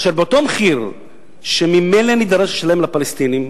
אשר באותו מחיר שממילא נידרש לשלם לפלסטינים